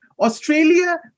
Australia